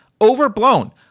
overblown